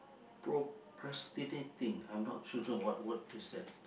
procrastinating I'm not sure wh~ what is that